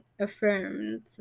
affirmed